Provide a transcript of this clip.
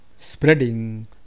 spreading